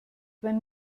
wenn